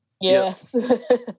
Yes